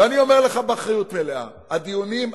ואני אומר לך באחריות מלאה: הדיונים עכשיו,